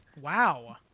Wow